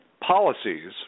policies